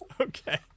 Okay